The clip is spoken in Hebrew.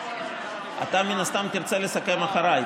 אתה מן הסתם תרצה לסכם אחריי,